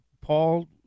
Paul